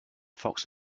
fox